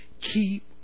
keep